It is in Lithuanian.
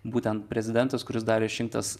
būtent prezidentas kuris dar išrinktas